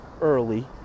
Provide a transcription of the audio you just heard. early